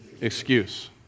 excuse